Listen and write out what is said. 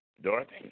Dorothy